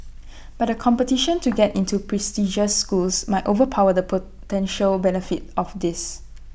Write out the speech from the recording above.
but the competition to get into prestigious schools might overpower the potential benefits of this